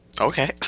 Okay